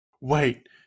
Wait